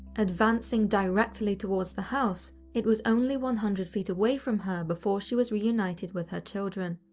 advancing directly towards the house, it was only one hundred feet away from her before she was reunited with her children.